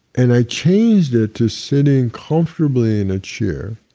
and i changed it to sitting comfortably in a chair,